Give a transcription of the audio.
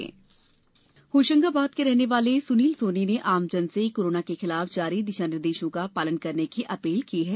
जन आंदोलन होशंगाबाद के रहने वाले सुनील सोनी ने आमजन से कोरोना के खिलाफ जारी दिशानिर्देशों का पालन करने की अपील की है